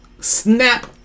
snap